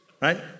right